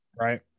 Right